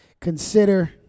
consider